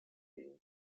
din